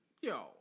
Yo